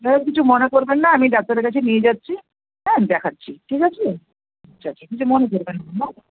যাই হোক কিছু মনে করবেন না আমি ডাক্তারের কাছে নিয়ে যাচ্ছি অ্যাঁ দেখাচ্ছি ঠিক আছে ঠিক আছে কিছু মনে করবেন না হ্যাঁ